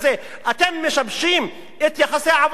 אתם משבשים את יחסי העבודה במשק.